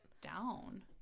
down